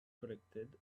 collected